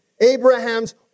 Abraham's